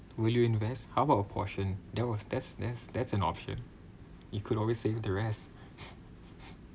will you invest how about a portion that was that's that's that's an option it could always save the rest